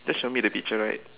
just show me the picture right